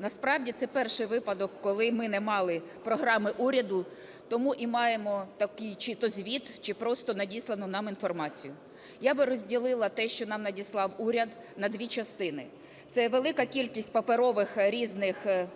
насправді, це перший випадок, коли ми не мали програми уряду, тому і маємо такий чи то звіт, чи просто надіслану нам інформацію. Я би розділила те, що нам надіслав уряд, на дві частини. Це велика кількість паперових різних слайдів,